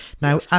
Now